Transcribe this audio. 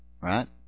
right